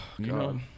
god